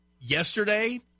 yesterday